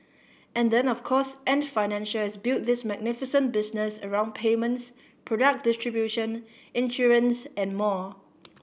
and then of course Ant Financial has built this magnificent business around payments product distribution insurance and more